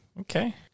okay